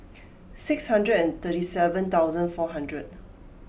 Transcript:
six hundred and thirty seven thousand four hundred